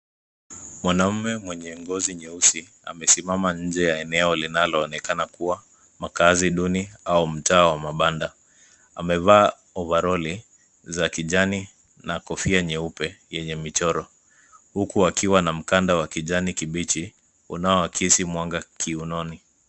Mwanaume mwenye ngozi nyeusi amesimama nje ya eneo linaloonekana kuwa makazi duni au mtaa wa mabanda. Amevaa ovaroli za kijani na kofia nyeupe yenye michoro, huku akiwa na mkanda wa kijani kibichi unaoakisi mwanga kiunoni.